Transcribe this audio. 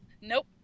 nope